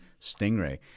Stingray